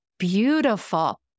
Beautiful